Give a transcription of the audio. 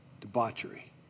debauchery